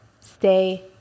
stay